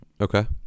Okay